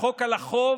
חוק על החוב,